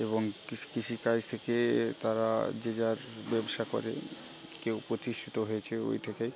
এবং কৃষি কৃষিকাজ থেকে তারা যে যার ব্যবসা করে কেউ প্রতিষ্ঠিত হয়েছে ওই থেকেই